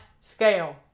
scale